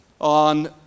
on